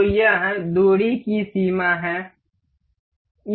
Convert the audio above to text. तो यह दूरी की सीमा है